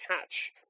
catch